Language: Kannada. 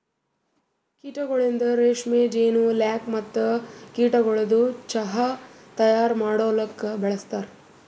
ಕೀಟಗೊಳಿಂದ್ ರೇಷ್ಮೆ, ಜೇನು, ಲ್ಯಾಕ್ ಮತ್ತ ಕೀಟಗೊಳದು ಚಾಹ್ ತೈಯಾರ್ ಮಾಡಲೂಕ್ ಬಳಸ್ತಾರ್